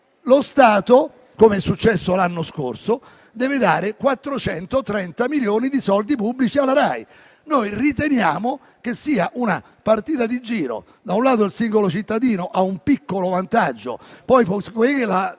lo Stato, come è successo l'anno scorso, deve dare 430 milioni di soldi pubblici alla RAI. Noi riteniamo che sia una partita di giro. Da un lato il singolo cittadino ha un piccolo vantaggio, poi il